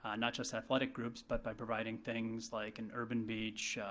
ah not just athletic groups, but by providing things like an urban beach,